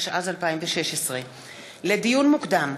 התשע"ז 2016. לדיון מוקדם: